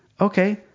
Okay